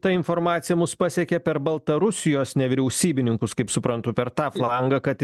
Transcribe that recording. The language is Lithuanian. ta informacija mus pasiekė per baltarusijos nevyriausybininkus kaip suprantu per tą langą kad